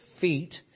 feet